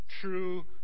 true